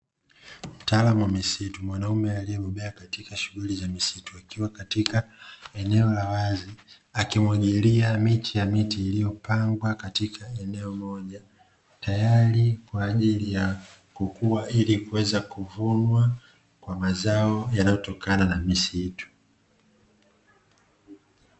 Mtaalamu wa misitu mwanaume aliyebobea katika shughuli za misitu akiwa katika eneo la wazi, akimwagilia miche ya miti iliyopangwa katika eneo moja, tayari kwaajili ya kukua ili kuweza kuvunwa kwa mazao yanayotokana na misitu.